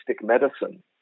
medicine